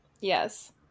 yes